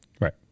Right